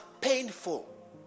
painful